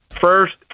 first